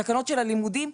התקנות של הלימודים,